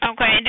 Okay